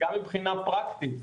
גם מבחינה פרקטית,